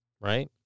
Right